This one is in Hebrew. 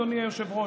אדוני היושב-ראש,